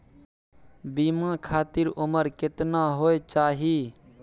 बीमा खातिर उमर केतना होय चाही?